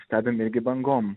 stebim irgi bangom